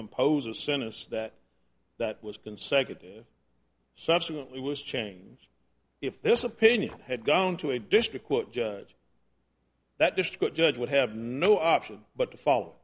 impose a sentence that that was consecutive subsequently was chain's if this opinion had gone to a district court judge that district judge would have no option but to foll